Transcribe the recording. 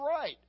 right